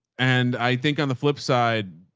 and i think on the flip side,